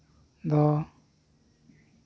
ᱫᱚ